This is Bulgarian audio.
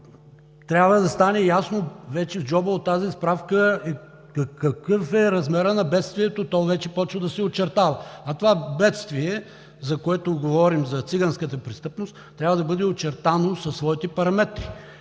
трябва да стане ясно от тази справка какъв е размерът на бедствието, то вече започва да се очертава. А това бедствие, за което говорим – за циганската престъпност, трябва да бъде очертано със своите параметри.